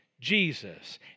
Jesus